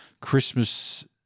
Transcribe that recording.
Christmas